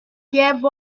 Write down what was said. gave